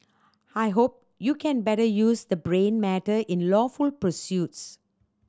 I hope you can better use the brain matter in lawful pursuits